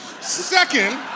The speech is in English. Second